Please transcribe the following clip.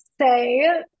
say